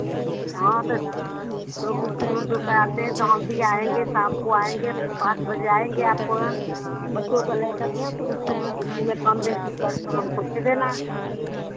हाँ तो दूर दूर से आते हैं तो हम भी आएँगे शाम को आएँगे पाँच बजे आएँगे आपको हाँ बच्चों को लेकर आएँगे इसी में कम बेसी करके हमको दे देना